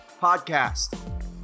podcast